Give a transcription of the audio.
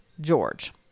George